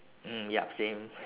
mm yup same